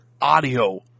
audio